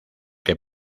que